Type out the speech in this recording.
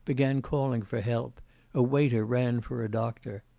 began calling for help a waiter ran for a doctor.